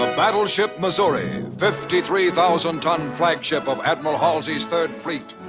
ah battleship missouri, fifty three thousand ton flagship of admiral halsey's third fleet,